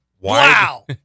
Wow